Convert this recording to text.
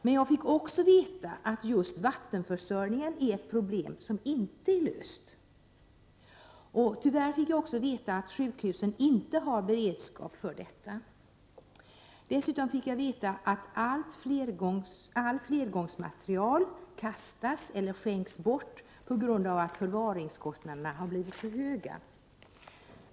Men jag fick också veta att vattenförsörjningen är ett problem som inte är löst. Tyvärr fick jag också veta att sjukhusen inte har någon beredskap för detta. Dessutom fick jag veta att all flergångsmateriel kastas eller skänks bort på grund av att förvaringskostnaderna har blivit för höga.